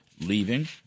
leaving